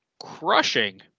crushing